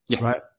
Right